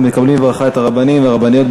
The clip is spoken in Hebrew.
אנחנו מקבלים בברכה את הרבנים והרבניות,